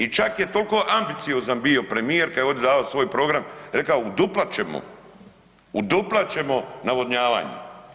I čak je toliko ambiciozan bio premijer kad je ovdje davao svoj program, rekao uduplat ćemo, uduplat ćemo navodnjavanje.